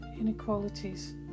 inequalities